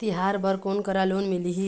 तिहार बर कोन करा लोन मिलही?